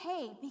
okay